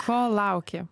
ko lauki